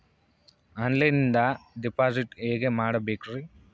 ಆನ್ಲೈನಿಂದ ಡಿಪಾಸಿಟ್ ಹೇಗೆ ಮಾಡಬೇಕ್ರಿ?